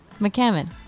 McCammon